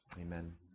Amen